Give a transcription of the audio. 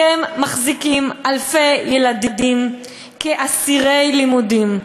אתם מחזיקים אלפי ילדים כאסירי לימודים,